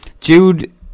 Jude